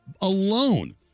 alone